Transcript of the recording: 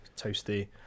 toasty